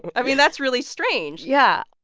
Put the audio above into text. i mean, that's really strange yeah.